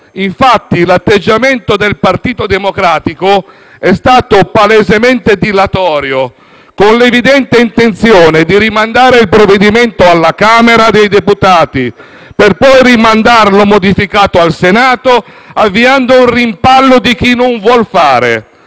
infatti, l'atteggiamento del Partito Democratico è stato palesemente dilatorio, con l'evidente intenzione di rimandare il provvedimento alla Camera dei deputati, per poi rimandarlo, modificato, al Senato, avviando un rimpallo di chi non vuol fare;